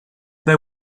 they